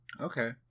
Okay